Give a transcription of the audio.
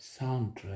Soundtrack